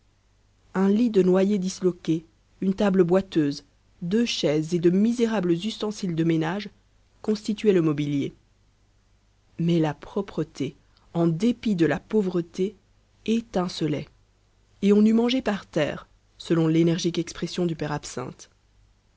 un lit de noyer disloqué une table boiteuse deux chaises et de misérables ustensiles de ménage constituaient le mobilier mais la propreté en dépit de la pauvreté étincelait et on eût mangé par terre selon l'énergique expression du père absinthe